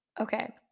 Okay